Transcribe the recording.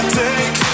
take